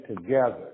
together